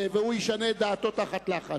והוא ישנה את דעתו תחת לחץ.